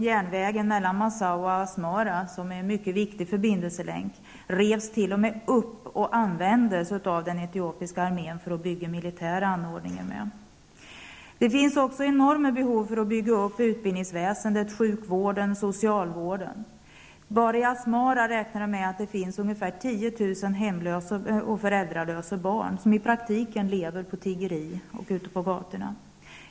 Järnvägen mellan Massawa och Asmara, som är en mycket viktig förbindelselänk, revs t.o.m. upp, och materialet användes av den etiopiska armén för att bygga militära anordningar med. Dessutom finns enorma uppbyggnadsbehov inom utbildningsväsendet, sjukvården och socialvården. Man räknar med att det bara i Asmara finns ungefär 10 000 föräldralösa barn som i praktiken lever av tiggeri ute på gatorna.